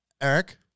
Eric